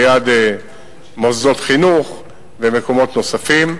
ליד מוסדות חינוך ומקומות נוספים.